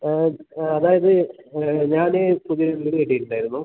അതായത് ഞാൻ പുതിയൊരു വീട് കെട്ടിയിട്ടുണ്ടായിരുന്നു